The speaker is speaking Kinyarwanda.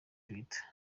twitter